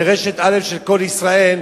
ולרשת א' של "קול ישראל",